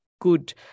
good